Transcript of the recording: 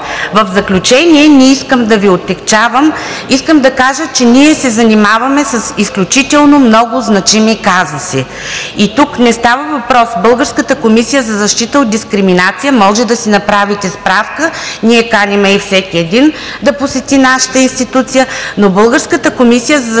В заключение – не искам да Ви отегчавам – искам да кажа, че ние се занимаваме с изключително много значими казуси. Тук не става въпрос, българската Комисия за защита от дискриминация, може да си направите справка, ние каним и всеки един да посети нашата институция, но българската Комисия за защита